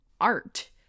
art